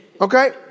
Okay